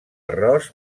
arròs